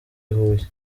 huye